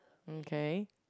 okay